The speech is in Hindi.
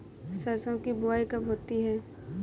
सरसों की बुआई कब होती है?